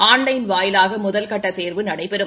ஆன்லைனை வாயிலாக முதல்கட்ட தேர்வு நடைபெறும்